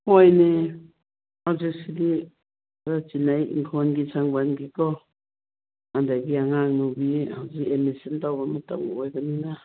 ꯍꯣꯏꯅꯦ ꯍꯧꯖꯤꯛꯁꯤꯗꯤ ꯈꯔ ꯆꯤꯜꯂꯦ ꯏꯪꯈꯣꯟꯒꯤ ꯁꯝꯕꯜꯒꯤꯀꯣ ꯑꯗꯒꯤ ꯑꯉꯥꯡꯅꯨꯕꯤ ꯍꯧꯖꯤꯛ ꯑꯦꯗꯃꯤꯁꯟ ꯇꯧꯕ ꯃꯇꯝ ꯑꯣꯏꯕꯅꯤꯅ